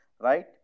right